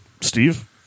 Steve